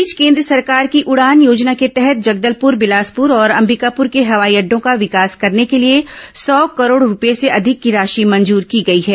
इस बीच केन्द्र सरकार की उड़ान योजना के तहत जगदलपुर बिलासपुर और अंबिकापुर के हवाई अड्डो का विकास करने के लिए सौ करोड़ रूपये से अधिक की राशि मंजूर की गई है